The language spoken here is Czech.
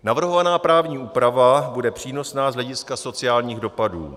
Navrhovaná právní úprava bude přínosná z hlediska sociálních dopadů.